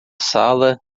sala